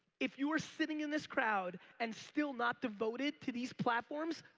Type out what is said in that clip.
if you're sitting in this crowd and still not devoted to these platforms,